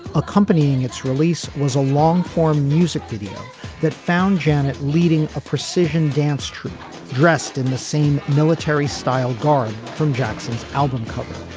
accompanying its release was a long form music video that found janet leading a precision dance troupe dressed in the same military style garb from jackson's album cover.